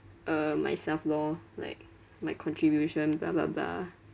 uh myself lor like my contribution blah blah blah